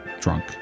drunk